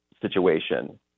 situation